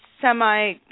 semi